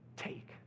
Take